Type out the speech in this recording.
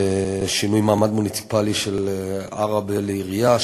שינוי מעמד מוניציפלי של עראבה לעירייה,